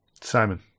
Simon